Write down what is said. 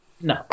No